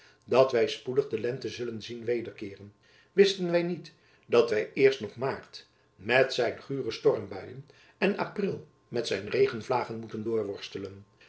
dat wy spoedig de lente zullen zien wederkeeren wisten wy niet dat wy eerst nog maart met zijn gure stormbuien en april met zijn regenvlagen moeten